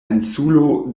insulo